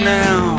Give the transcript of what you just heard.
now